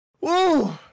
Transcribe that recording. woo